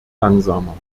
langsamer